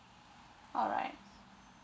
alright